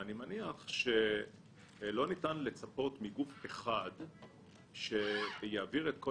אני מניח שלא ניתן לצפות מגוף אחד שיעביר את כל